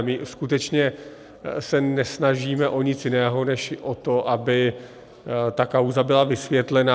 My skutečně se nesnažíme o nic jiného než o to, aby ta kauza byla vysvětlena.